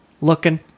Looking